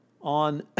on